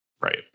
right